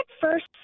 first